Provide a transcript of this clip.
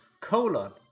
colon